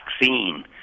vaccine